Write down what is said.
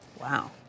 Wow